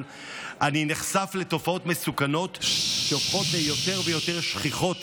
אני נחשף לתופעות מסוכנות שהופכות ליותר ויותר שכיחות